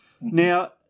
Now